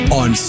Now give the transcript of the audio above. on